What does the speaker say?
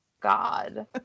God